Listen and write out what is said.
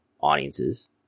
audiences